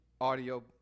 Audio